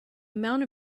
amount